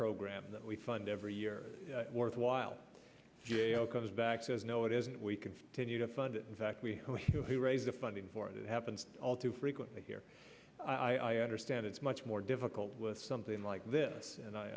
program that we fund every year worth while g a o comes back says no it isn't we continue to fund it in fact we who raise the funding for it it happens all too frequently here i understand it's much more difficult with something like this and i